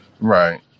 right